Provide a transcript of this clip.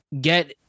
get